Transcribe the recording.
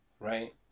Right